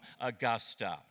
Augusta